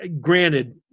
granted